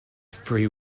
free